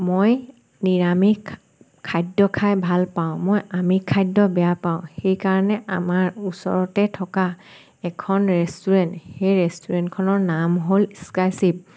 মই নিৰামিষ খাদ্য খাই ভাল পাওঁ মই আমিষ খাদ্য বেয়া পাওঁ সেইকাৰণে আমাৰ ওচৰতে থকা এখন ৰেষ্টুৰেণ্ট সেই ৰেষ্টুৰেণ্টখনৰ নাম হ'ল স্কাইশ্বিপ